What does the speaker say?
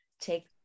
take